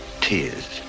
tears